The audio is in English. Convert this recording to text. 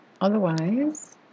Otherwise